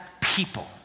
people